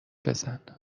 بزن